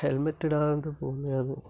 helmet ഇടാത പോകുന്നതാണ്